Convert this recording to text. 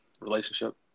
relationship